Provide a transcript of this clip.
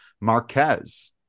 Marquez